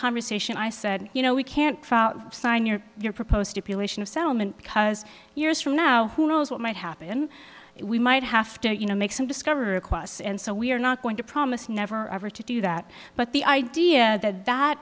conversation i said you know we can't sign your your proposed appeal ation of settlement because years from now who knows what might happen we might have to you know make some discover across and so we are not going to promise never ever to do that but the idea that that